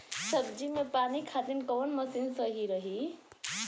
सब्जी में पानी खातिन कवन मशीन सही रही?